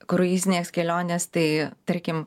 kruizinės kelionės tai tarkim